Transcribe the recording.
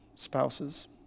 spouses